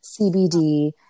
CBD